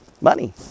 Money